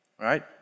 right